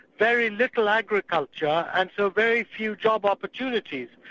very little agriculture and so very few job opportunities.